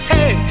Hey